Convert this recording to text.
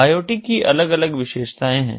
आई O T की अलग अलग विशेषताएँ हैं